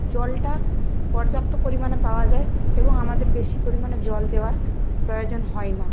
জলটা পর্যাপ্ত পরিমাণে পাওয়া যায় এবং আমাদের বেশী পরিমাণে জল দেওয়ার প্রয়োজন হয় না